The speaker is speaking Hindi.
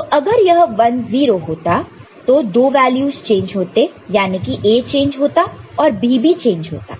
तो अगर यह 1 0 होता तो दो वैल्यूस चेंज होते यानी कि A चेंज होता और B भी चेंज होता